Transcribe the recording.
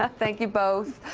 ah thank you, both.